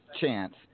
chance